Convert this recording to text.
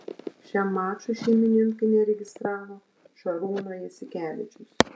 šiam mačui šeimininkai neregistravo šarūno jasikevičiaus